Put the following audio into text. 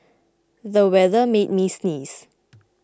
the weather made me sneeze